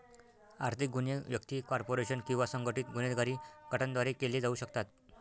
आर्थिक गुन्हे व्यक्ती, कॉर्पोरेशन किंवा संघटित गुन्हेगारी गटांद्वारे केले जाऊ शकतात